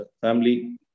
family